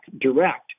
Direct